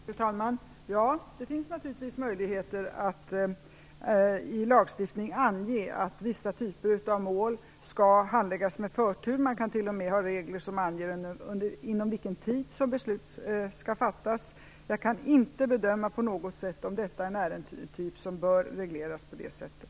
Fru talman! Det finns naturligtvis möjligheter att i lagstiftningen ange att vissa typer av mål skall han dläggas med förtur. Man kan t.o.m. ha regler som anger inom vilken tid beslut skall fattas. Jag kan inte på något sätt bedöma om detta är en ärendetyp som bör regleras på det sättet.